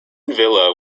villa